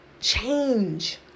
Change